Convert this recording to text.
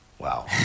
Wow